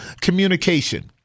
communication